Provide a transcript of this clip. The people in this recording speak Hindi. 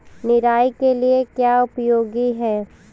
निराई के लिए क्या उपयोगी है?